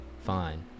Fine